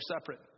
separate